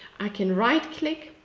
i can right click.